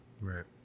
Right